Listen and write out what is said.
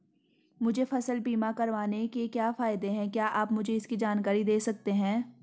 मुझे फसल बीमा करवाने के क्या फायदे हैं क्या आप मुझे इसकी जानकारी दें सकते हैं?